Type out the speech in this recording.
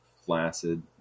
flaccid